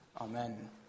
Amen